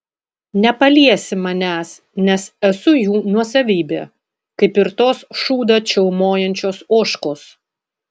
nepaliesi manęs nes esu jų nuosavybė kaip ir tos šūdą čiaumojančios ožkos